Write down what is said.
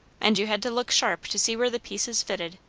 and you had to look sharp to see where the pieces fitted.